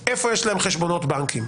איפה יש להם חשבונות בנקים.